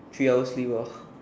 three hours sleep loh